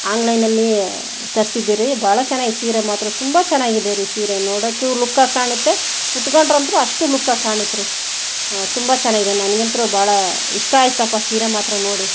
ಆನ್ಲೈನ್ನಲ್ಲಿ ತರಿಸಿದ್ದೀರಿ ಭಾಳ ಚೆನ್ನಾಗಿದೆ ಸೀರೆ ಮಾತ್ರ ತುಂಬ ಚೆನ್ನಾಗಿದೆ ರೀ ಸೀರೆ ನೋಡಕ್ಕೂ ಲುಕ್ಕಾಗಿ ಕಾಣುತ್ತೆ ಉಟ್ಗಂಡ್ರೆ ಅಂತೂ ಅಷ್ಟು ಲುಕ್ಕಾಗಿ ಕಾಣುತ್ತೆ ರೀ ತುಂಬ ಚೆನ್ನಾಗಿದೆ ನನ್ಗೆ ಅಂತೂ ಭಾಳ ಇಷ್ಟ ಆಯ್ತಪ್ಪ ಸೀರೆ ಮಾತ್ರ ನೋಡಿ